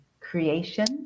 creation